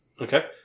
Okay